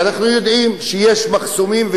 ואנחנו יודעים שיש מחסומים,